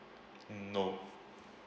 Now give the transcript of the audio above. mm no